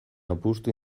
apustu